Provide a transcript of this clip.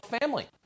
family